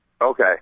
okay